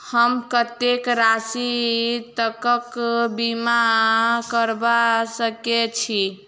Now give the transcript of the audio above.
हम कत्तेक राशि तकक बीमा करबा सकै छी?